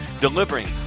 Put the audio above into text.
Delivering